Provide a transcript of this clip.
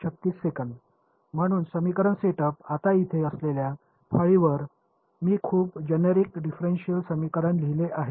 म्हणून समीकरण सेटअप आता इथे असलेल्या फळीवर मी खूप जेनेरिक डिफरेन्सियल समीकरण लिहिले आहे